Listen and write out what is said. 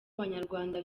abanyarwanda